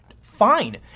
Fine